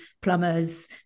plumbers